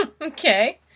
Okay